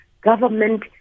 Government